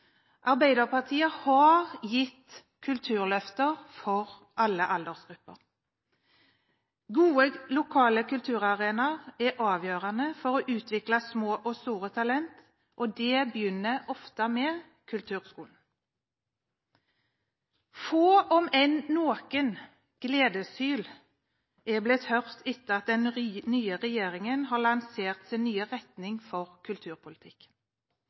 Arbeiderpartiet har gitt kulturløfter for alle aldersgrupper. Gode lokale kulturarenaer er avgjørende for å utvikle små og store talenter. Det begynner ofte med kulturskolen. Få, om enn noen, gledeshyl er blitt hørt etter at den nye regjeringen lanserte sin nye retning for kulturpolitikken. Den nye regjeringens kulturpolitikk